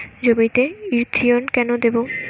জমিতে ইরথিয়ন কেন দেবো?